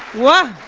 whoa.